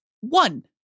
one